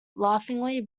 laughingly